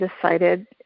decided